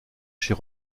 chez